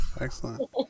Excellent